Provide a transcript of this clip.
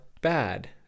bad